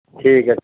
ਠੀਕ ਹੈ